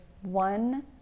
one